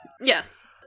Yes